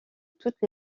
toutes